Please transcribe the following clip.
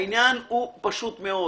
העניין הוא פשוט מאוד.